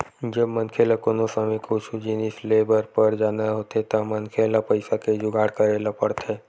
जब मनखे ल कोनो समे कुछु जिनिस लेय बर पर जाना होथे त मनखे ल पइसा के जुगाड़ करे ल परथे